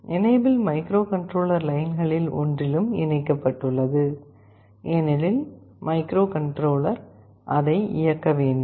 enable microcontroller லைன்களில் ஒன்றிலும் இணைக்கப்பட்டுள்ளது ஏனெனில் மைக்ரோகண்ட்ரோலர் அதை இயக்க வேண்டும்